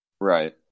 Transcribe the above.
Right